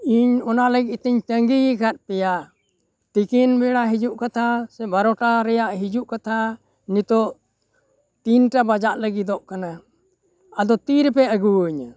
ᱤᱧ ᱚᱱᱟ ᱞᱟ ᱜᱤᱫ ᱛᱤᱧ ᱛᱟᱸᱜᱤᱭᱟᱠᱟᱫ ᱯᱮᱭᱟ ᱛᱤᱠᱤᱱ ᱵᱮᱲᱟ ᱦᱤᱡᱩᱜ ᱠᱟᱛᱷᱟ ᱥᱮ ᱵᱟᱨᱚᱴᱟ ᱨᱮᱭᱟᱜ ᱦᱤᱡᱩᱜ ᱠᱟᱛᱷᱟ ᱱᱤᱛᱳᱜ ᱛᱤᱱᱴᱟ ᱵᱟᱡᱟᱜ ᱞᱟ ᱜᱤᱫᱚᱜ ᱠᱟᱱᱟ ᱟᱫᱚ ᱛᱤ ᱨᱮᱯᱮ ᱟᱜᱩᱣᱟᱹᱧᱟᱹ